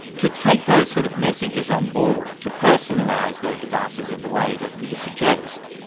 to take those sort of messages on board to personalise their devices in the way that you suggest,